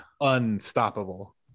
unstoppable